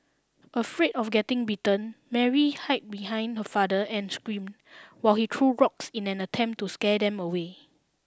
afraid of getting bitten Mary hid behind her father and screamed while he threw rocks in an attempt to scare them away